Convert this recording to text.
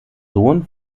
sohn